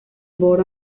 board